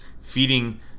feeding